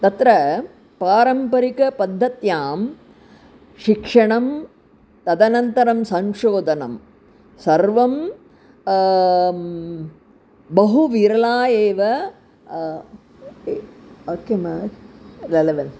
तत्र पारम्परिकपद्धत्यां शिक्षणं तदनन्तरं संशोधनं सर्वं बहु विरला एव किं रेलेवेन्